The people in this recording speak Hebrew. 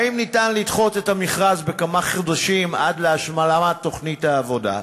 האם ניתן לדחות את המכרז בכמה חודשים עד להשלמת תוכנית העבודה?